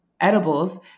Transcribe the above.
edibles